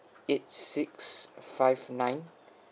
eight six five nine